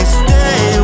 stay